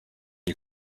you